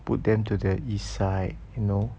put them to the east side you know